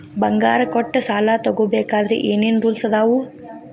ಬಂಗಾರ ಕೊಟ್ಟ ಸಾಲ ತಗೋಬೇಕಾದ್ರೆ ಏನ್ ಏನ್ ರೂಲ್ಸ್ ಅದಾವು?